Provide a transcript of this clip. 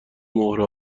مهره